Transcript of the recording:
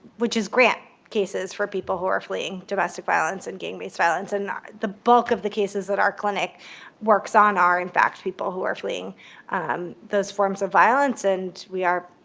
which is grant cases for people who are fleeing domestic violence and gang-based violence. and the bulk of the cases that our clinic works on are, in fact, people who are fleeing those forms of violence, and we are,